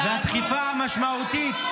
באימא שלך, די.